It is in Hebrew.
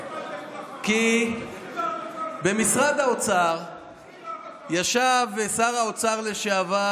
שר החינוך יואב קיש: כי במשרד האוצר ישב שר האוצר לשעבר,